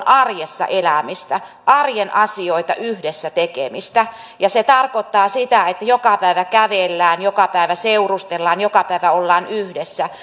arjessa elämistä arjen asioiden yhdessä tekemistä se tarkoittaa sitä että joka päivä kävellään joka päivä seurustellaan joka päivä ollaan yhdessä